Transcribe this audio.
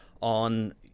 on